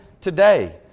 today